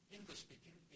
English-speaking